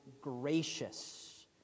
gracious